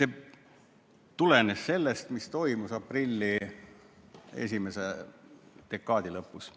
See tulenes sellest, mis toimus aprilli esimese dekaadi lõpus,